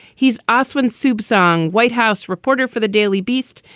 he's oswin soup song, white house reporter for the daily beast.